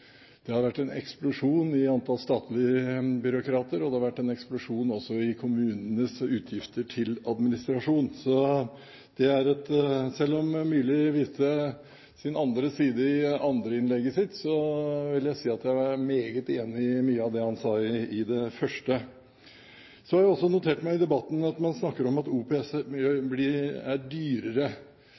byråkratene har kommet inn etterpå. Det har vært en eksplosjon i antall statlige byråkrater, og det har også vært en eksplosjon i kommunenes utgifter til administrasjon. Så selv om Myrli viste sin andre side i det andre innlegget sitt, vil jeg si at jeg er meget enig i mye av det han sa i det første. Så har jeg også notert meg under debatten at man snakker om at OPS er dyrere.